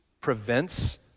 prevents